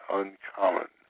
uncommon